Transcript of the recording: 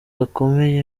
gakomeye